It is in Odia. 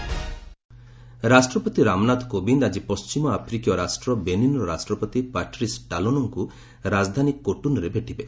ପ୍ରେଜ୍ ବେନିନ୍ ରାଷ୍ଟ୍ରପତି ରାମନାଥ କୋବିନ୍ଦ ଆଜି ପଣ୍ଟିମ ଆଫ୍ରିକୀୟ ରାଷ୍ଟ୍ର ବେନିନ୍ର ରାଷ୍ଟ୍ରପତି ପାଟ୍ରିସ୍ ଟାଲୋନ୍ଙ୍କୁ ରାଜଧାନୀ କୋଟନୁରେ ଭେଟିବେ